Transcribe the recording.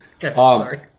Sorry